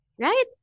Right